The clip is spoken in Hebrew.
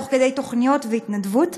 תוך כדי תוכניות והתנדבות.